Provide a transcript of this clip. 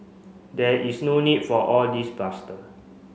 there is no need for all this bluster